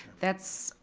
that's,